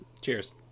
Cheers